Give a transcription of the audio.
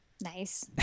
Nice